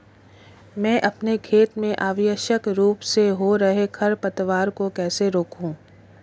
मैं अपने खेत में अनावश्यक रूप से हो रहे खरपतवार को कैसे रोकूं?